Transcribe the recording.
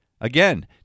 again